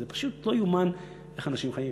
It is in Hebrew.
זה לא ייאמן איך אנשים חיים.